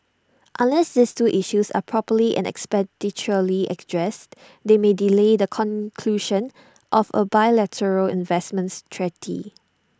unless these two issues are properly and expeditiously they may delay the conclusion of A bilateral investments treaty